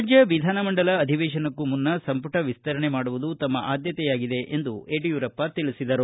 ರಾಜ್ಯ ವಿಧಾನಮಂಡಲ ಅಧಿವೇಶನಕ್ಕೂ ಮುನ್ನ ಸಂಪುಟ ವಿಸ್ತರಣೆ ಮಾಡುವುದು ತಮ್ಮ ಆದ್ಯತೆಯಾಗಿದೆ ಎಂದು ಯಡಿಯೂರಪ್ಪ ತಿಳಿಸಿದರು